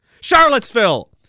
Charlottesville